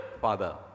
father